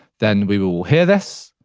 then we will will hear this.